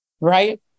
Right